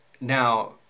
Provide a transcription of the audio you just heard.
Now